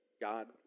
God